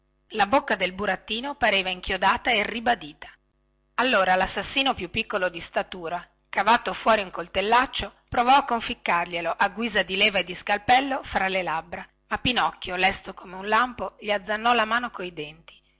la bocca del burattino pareva inchiodata e ribadita allora lassassino più piccolo di statura cavato fuori un coltellaccio provò a conficcarglielo a guisa di leva e di scalpello fra le labbra ma pinocchio lesto come un lampo gli azzannò la mano coi denti